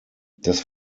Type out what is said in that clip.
das